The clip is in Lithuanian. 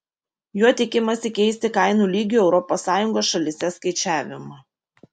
juo tikimasi keisti kainų lygių europos sąjungos šalyse skaičiavimą